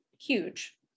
huge